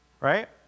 Right